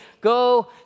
go